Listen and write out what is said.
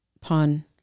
pun